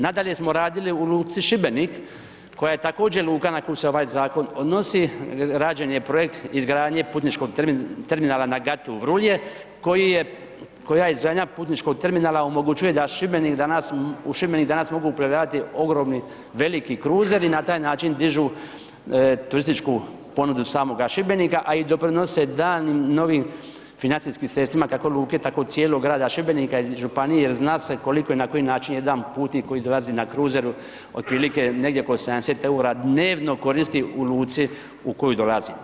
Nadalje smo radili u luci Šibenik, koja je također luka na koju se ovaj zakon odnosi, rađen je projekt izgradnje putničkog terminala na gatu Vrulje, koji je, koja izgradnja putničkog terminala omogućuje da u Šibenik danas mogu uplovljavati ogromni veliki kruzeri i na taj način dižu turističku ponudu samoga Šibenika, a i doprinose daljnjim novim financijskim sredstvima kako luke tako i cijelog grada Šibenika i županije jer zna se koliko i na koji način jedan putnik koji dolazi na kruzeru otprilike negdje oko 70 EUR-a dnevno koristi u luci u koju dolazi.